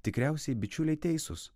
tikriausiai bičiuliai teisūs